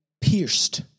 pierced